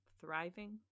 thriving